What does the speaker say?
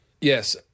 Yes